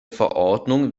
verordnung